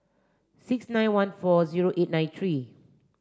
six nine one four zero eight nine three